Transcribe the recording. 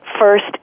first